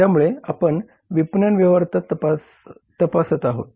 त्यामुळे आपण विपणन व्यवहार्यता तपासत आहोत